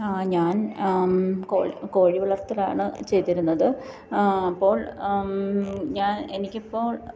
ഞാന് കോഴി കോഴി വളര്ത്തലാണ് ചെയ്തിരുന്നത് അപ്പോള് ഞാന് എനിക്കിപ്പോള്